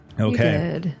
Okay